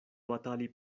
batali